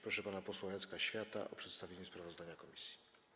Proszę pana posła Jacka Świata o przedstawienie sprawozdania komisji.